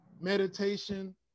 meditation